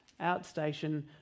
outstation